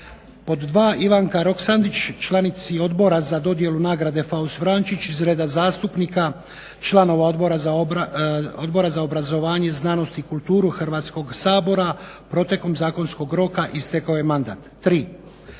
Pod dva, Ivanka Roksandić, članici Odbora za dodjelu nagrade "Faust Vrančić" iz reda zastupnika, članova Odbora za obrazovanje, znanost i kulturu Hrvatskog sabora protekom zakonskog roka istekao je mandat.